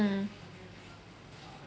mm